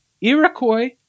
Iroquois